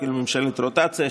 ממשלת רוטציה,